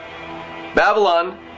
Babylon